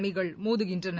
அணிகள் மோதுகின்றன